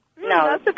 No